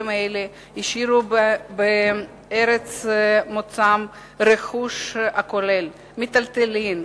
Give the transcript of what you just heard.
אלה השאירו בארץ מוצאם רכוש הכולל מיטלטלין,